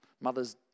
mother's